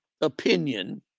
opinion